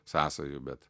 sąsajų bet